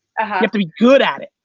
you have to be good at it.